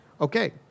Okay